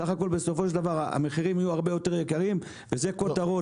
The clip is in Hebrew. סך הכל בסופו של דבר המחירים יהיו הרבה יותר יקרים וזה כותרות.